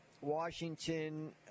Washington